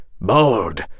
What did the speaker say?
bold